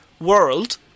world